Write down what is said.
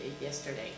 yesterday